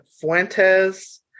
Fuentes